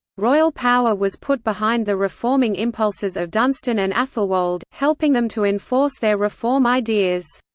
royal power was put behind the reforming impulses of dunstan and athelwold, helping them to enforce their reform ideas.